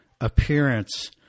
appearance